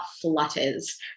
flutters